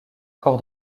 encore